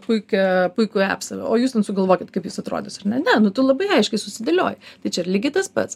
puikią puikų epsą o jūs ten sugalvokit kaip jis atrodys ar ne ne nu tu labai aiškiai susidėlioji tai čia ir lygiai tas pats